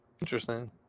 Interesting